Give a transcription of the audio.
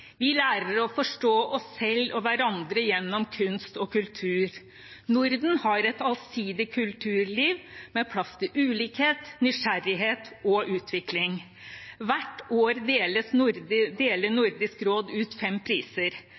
Vi lærer å forstå oss selv og hverandre gjennom kunst og kultur. Norden har et allsidig kulturliv med plass til ulikhet, nysgjerrighet og utvikling. Hvert år deler Nordisk råd ut fem priser: